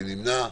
מי נמנע?